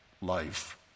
life